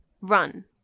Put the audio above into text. Run